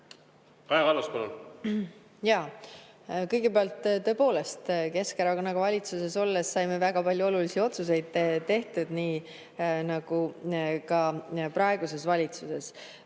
Kõigepealt, tõepoolest Keskerakonnaga valitsuses olles saime väga palju olulisi otsuseid tehtud, nii nagu ka praeguses valitsuses. Nüüd,